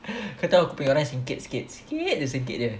kau tahu aku punya orang singkit sikit sikit jer singkit dia